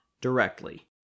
directly